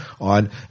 on